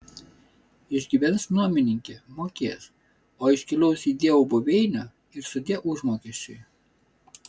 išgyvens nuomininkė mokės o iškeliaus į dievo buveinę ir sudieu užmokesčiui